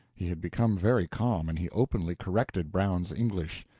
he had become very calm, and he openly corrected brown's english.